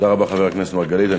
תודה רבה, חבר הכנסת מרגלית.